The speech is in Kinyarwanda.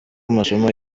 amasomo